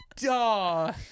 duh